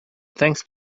thanks